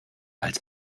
als